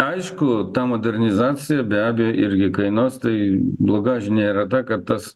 aišku ta modernizacija be abejo irgi kainuos tai bloga žinia yra ta kad tas